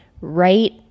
right